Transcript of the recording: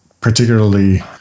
particularly